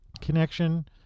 connection